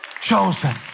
chosen